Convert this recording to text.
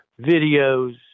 videos